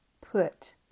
put